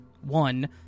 one